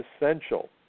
essential